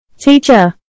Teacher